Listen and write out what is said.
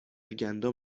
گندم